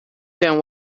can